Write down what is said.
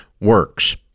works